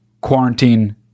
quarantine